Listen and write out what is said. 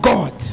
God